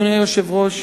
אדוני היושב-ראש,